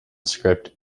script